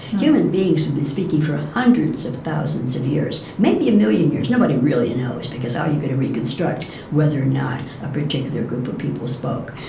human beings have been speaking for hundreds of thousands of years, maybe a million years. nobody really knows, because how are you going to reconstruct whether or not a particular group of people spoke?